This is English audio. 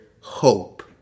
hope